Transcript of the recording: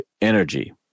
Energy